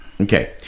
Okay